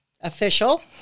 official